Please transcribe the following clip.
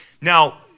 Now